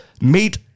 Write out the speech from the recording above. meet